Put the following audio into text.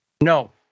No